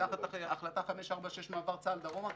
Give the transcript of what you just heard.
תחת החלטה 546 מעבר צה"ל דרומה,